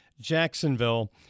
Jacksonville